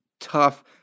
tough